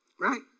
Right